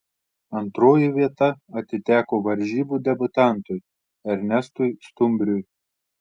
antroji vieta atiteko varžybų debiutantui ernestui stumbriui